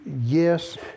Yes